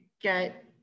get